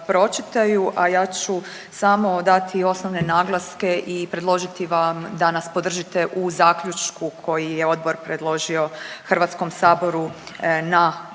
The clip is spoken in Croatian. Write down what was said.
a ja ću samo dati osnovne naglaske i predložiti vam da nas podržite u zaključku koji je odbor predložio HS-u na usvajanje. Odbor